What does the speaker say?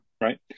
right